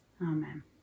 Amen